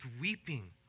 weeping